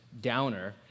downer